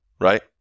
right